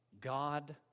God